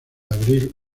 abril